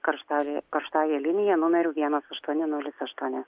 karštajai karštąja linija numeriu vienas aštuoni nulis aštuoni